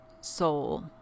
soul